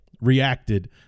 reacted